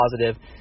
positive